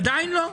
עדיין לא.